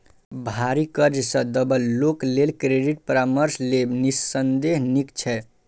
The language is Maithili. भारी कर्ज सं दबल लोक लेल क्रेडिट परामर्श लेब निस्संदेह नीक छै